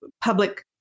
public